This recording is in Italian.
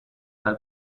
dal